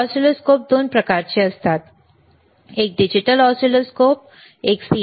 oscilloscope 2 प्रकारचे असतात एक डिजिटल ऑसिलोस्कोप एक CRO